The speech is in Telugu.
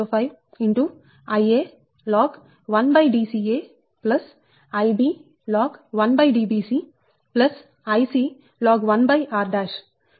4605Ia log 1Dca Ib log1Dbc Ic log1r